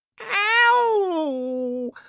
Ow